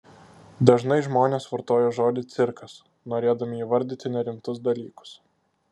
dažnai žmonės vartoja žodį cirkas norėdami įvardyti nerimtus dalykus